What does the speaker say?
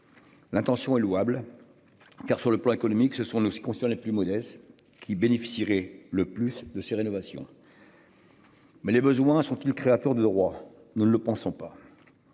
L'intention est louable. Car sur le plan économique, ce sont nos ce qui concerne les plus modestes qui bénéficieraient le plus de ces rénovations. Mais les besoins sont-ils créateur de roi. Nous ne le pensons pas.